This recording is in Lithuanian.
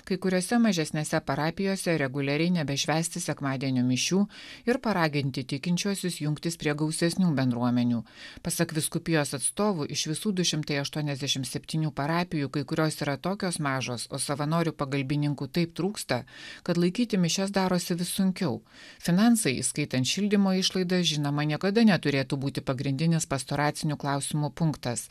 kai kuriose mažesnėse parapijose reguliariai nebešvęsti sekmadienio mišių ir paraginti tikinčiuosius jungtis prie gausesnių bendruomenių pasak vyskupijos atstovų iš visų du šimtai aštuoniasdešim septynių parapijų kai kurios yra tokios mažos o savanorių pagalbininkų taip trūksta kad laikyti mišias darosi vis sunkiau finansai įskaitant šildymo išlaidas žinoma niekada neturėtų būti pagrindinis pastoracinių klausimų punktas